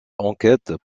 enquête